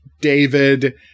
David